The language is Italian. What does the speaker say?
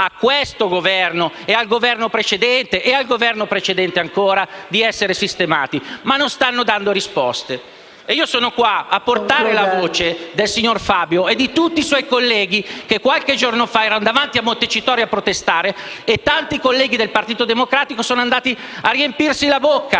a questo Governo, a quello precedente e a quello ancora prima di essere sistemati, ma non stanno ricevendo risposte. Sono qua a portare la voce del signor Fabio e di tutti i suoi colleghi che qualche giorno fa erano davanti a Montecitorio a protestare. In quell'occasione tanti colleghi del Partito Democratico sono andati a riempirsi la bocca